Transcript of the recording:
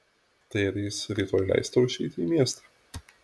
tai ar jis rytoj leis tau išeiti į miestą